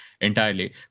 entirely